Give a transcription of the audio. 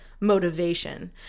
motivation